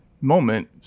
moment